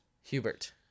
Hubert